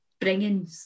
bringing